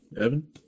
Evan